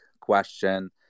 question